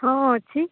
ହଁ ଅଛି